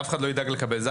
אף אחד לא ידאג לקבל את זה.